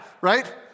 Right